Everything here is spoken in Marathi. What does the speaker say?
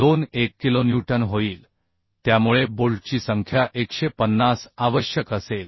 21 किलोन्यूटन होईल त्यामुळे बोल्टची संख्या 150 आवश्यक असेल